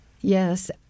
Yes